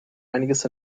einiges